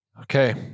Okay